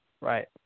Right